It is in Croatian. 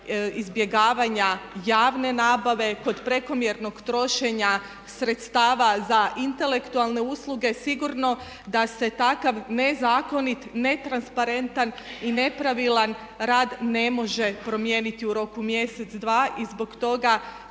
izbjegavanja javne nabave, kod prekomjernog trošenja sredstava za intelektualne usluge. Sigurno da se takav nezakonit, netransparentan i nepravilan rad ne može promijeniti u roku mjesec, dva i zbog toga